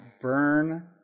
burn